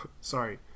sorry